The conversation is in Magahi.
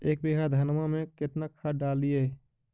एक बीघा धन्मा में केतना खाद डालिए?